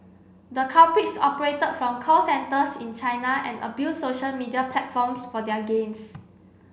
the culprits operated from call centres in China and abused social media platforms for their gains